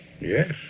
Yes